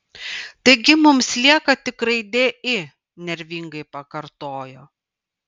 taigi mums lieka tik raidė i nervingai pakartojo